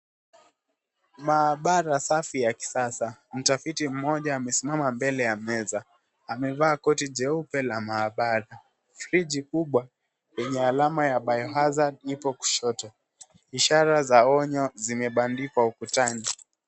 Maabara safi ya kisasa mtafiti mmoja amesimama mbele ya meza. Amevaa koti jeupe la maabara. Friji kubwa lenye alama ya biohazard ipo kushoto. Ishara za onyo zimebandikwa ukutani.